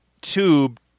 tube